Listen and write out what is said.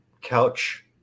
couch